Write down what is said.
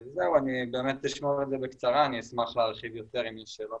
זהו, אשמח להרחיב יותר אם יש שאלות.